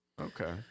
Okay